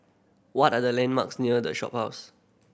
what are the landmarks near The Shophouse